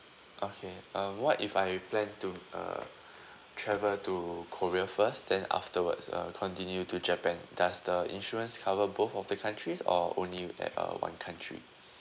okay um what if I plan to uh travel to korea first then afterwards uh continue to japan does the insurance cover both of the countries or only at a one country